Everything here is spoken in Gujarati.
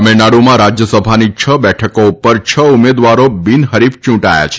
તમીળનાડુમાં રાજ્યસભાની છ બેઠકો ઉપર છ ઉમેદવારો બિન હરીફ ચૂંટાયા છે